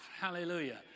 Hallelujah